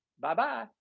Bye-bye